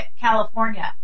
California